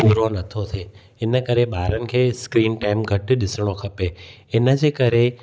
पूरो नथो थिए हिन करे ॿारनि खे स्क्रीन टाइम घटि ॾिसिणो खपे इन जे करे